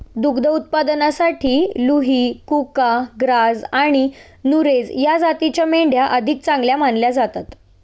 दुध उत्पादनासाठी लुही, कुका, ग्राझ आणि नुरेझ या जातींच्या मेंढ्या अधिक चांगल्या मानल्या जातात